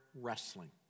wrestling